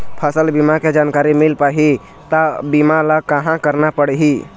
फसल बीमा के जानकारी मिल पाही ता बीमा ला कहां करना पढ़ी?